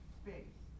space